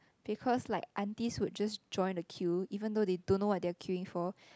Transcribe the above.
because like aunties would just join the queue even though they don't know what they were queuing for